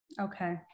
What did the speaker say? Okay